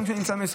גם כשאני במשרד,